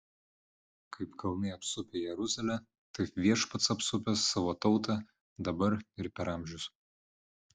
kaip kalnai apsupę jeruzalę taip viešpats apsupęs savo tautą dabar ir per amžius